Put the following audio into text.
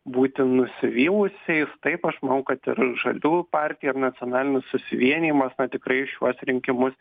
būti nusivylusiais taip aš manau kad ir žaliųjų partija ir nacionalinis susivienijimas tikrai į šiuos rinkimus